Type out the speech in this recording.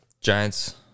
Giants